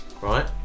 Right